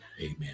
Amen